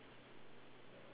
the circle